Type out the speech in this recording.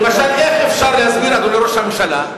למשל, איך אפשר להסביר, אדוני ראש הממשלה,